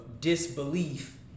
disbelief